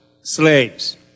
slaves